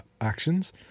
actions